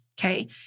Okay